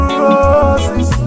roses